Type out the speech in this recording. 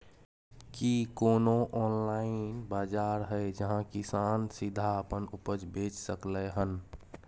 की कोनो ऑनलाइन बाजार हय जहां किसान सीधा अपन उपज बेच सकलय हन?